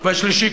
והשלישי,